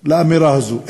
לאמירה הזאת.